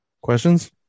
Questions